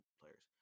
players